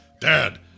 dad